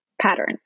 Pattern